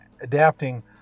adapting